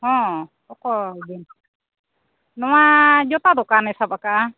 ᱦᱮᱸ ᱚᱠᱚᱭ ᱵᱤᱱ ᱱᱚᱣᱟ ᱡᱩᱛᱟ ᱫᱳᱠᱟᱱᱮ ᱥᱟᱵ ᱠᱟᱫᱟ